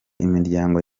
imiryango